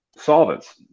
Solvents